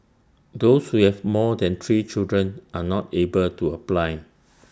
those we have more than three children are not able to apply